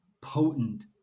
potent